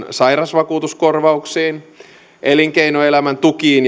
sairausvakuutuskorvauksiin elinkeinoelämän tukiin